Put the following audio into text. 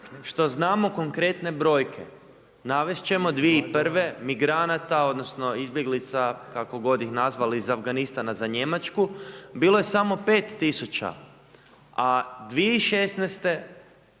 što znamo konkretne brojke, navest ćemo 2001. migranata odnosno izbjeglica, kako god ih nazvali iz Afganistana za Njemačku bilo je samo 5 000, a 2016., znači